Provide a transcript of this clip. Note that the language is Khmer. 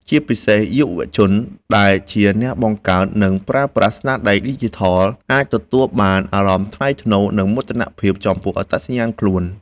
ជាពិសេស យុវជនដែលជាអ្នកបង្កើតនិងប្រើប្រាស់ស្នាដៃឌីជីថល អាចទទួលបានអារម្មណ៍ថ្លៃថ្នូរ និងមោទនភាពចំពោះអត្តសញ្ញាណខ្លួន